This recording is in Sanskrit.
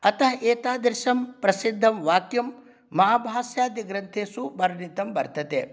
अतः एतादृशं प्रसिद्धं वाक्यं महाभाष्यादिग्रन्थेषु वर्णितं वर्तते